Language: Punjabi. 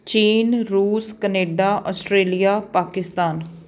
ਚੀਨ ਰੂਸ ਕਨੇਡਾ ਆਸਟ੍ਰੇਲੀਆ ਪਾਕਿਸਤਾਨ